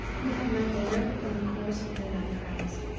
who had met there in the course of their night rounds.